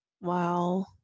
Wow